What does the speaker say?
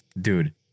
Dude